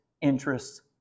interests